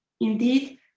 Indeed